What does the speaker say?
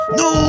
no